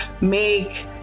make